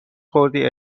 خوردی